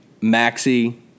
Maxi